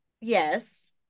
Yes